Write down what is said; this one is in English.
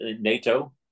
NATO